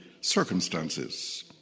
circumstances